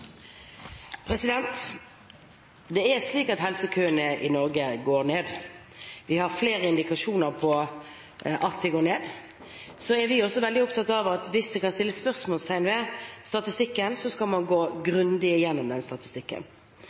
Det er slik at helsekøene i Norge går ned. Vi har flere indikasjoner på at de går ned. Vi er også veldig opptatt av at dersom det kan settes spørsmålstegn ved statistikken, skal man gå grundig igjennom den.